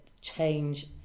change